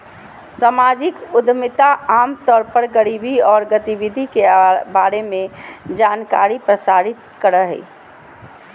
सामाजिक उद्यमिता आम तौर पर गरीबी औरो गतिविधि के बारे में जानकारी प्रसारित करो हइ